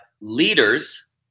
leaders